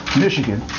Michigan